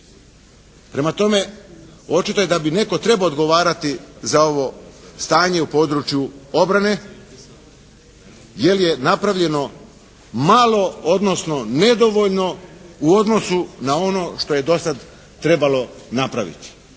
Prema tome, očito je da bi netko trebao odgovarati za ovo stanje u području obrane jer je napravljeno malo odnosno nedovoljno u odnosu na ono što je do sada trebalo napraviti.